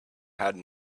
had